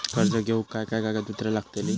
कर्ज घेऊक काय काय कागदपत्र लागतली?